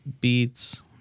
beats